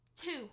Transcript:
two